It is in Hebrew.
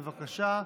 בבקשה,